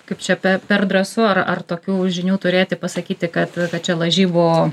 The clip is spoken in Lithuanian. kaip čia pe per drąsu ar ar tokių žinių turėti pasakyti kad kad čia lažybų